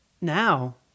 Now